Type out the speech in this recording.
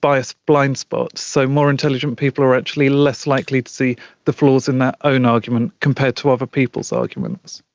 bias blindspot. so more intelligent people are actually less likely to see the flaws in their own argument compared to other people's arguments.